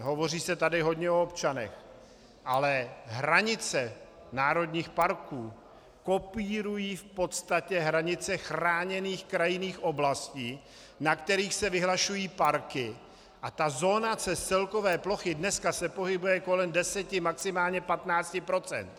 Hovoří se tady hodně o občanech, ale hranice národních parků kopírují v podstatě hranice chráněných krajinných oblastí, na kterých se vyhlašují parky, a ta zonace z celkové plochy dneska se pohybuje kolem 10, maximálně 15 %.